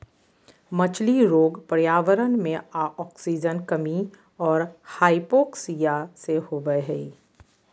मछली रोग पर्यावरण मे आक्सीजन कमी और हाइपोक्सिया से होबे हइ